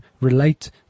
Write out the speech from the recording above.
relate